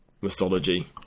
mythology